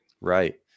Right